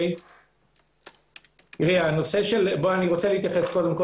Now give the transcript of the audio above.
אתייחס קודם כל